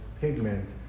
pigment